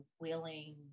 willing